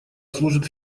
служит